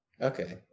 Okay